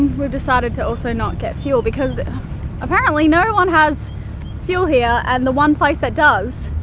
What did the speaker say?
we've decided to also not get fuel, because apparently no one has fuel here, and the one place that does,